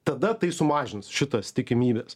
tada tai sumažins šitas tikimybes